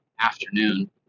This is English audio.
afternoon